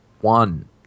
one